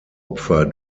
opfer